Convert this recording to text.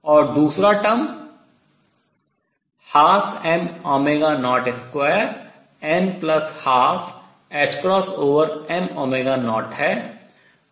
और दूसरा term पद 12mω02n12 ℏm0 है